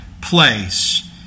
place